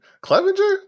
Clevenger